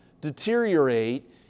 deteriorate